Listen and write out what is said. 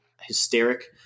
Hysteric